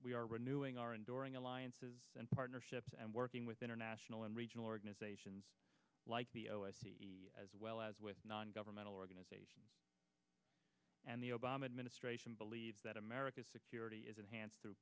we are renewing our enduring alliances and partnerships and working with international and regional organizations like the oas the as well as with non governmental organizations and the obama administration believes that america's security is enhanced through